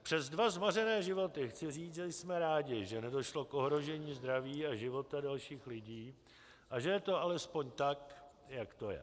Přes dva zmařené životy chci říci, že jsme rádi, že nedošlo k ohrožení zdraví a života dalších lidí a že je to alespoň tak, jak to je.